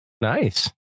Nice